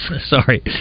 sorry